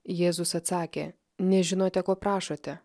jėzus atsakė nežinote ko prašote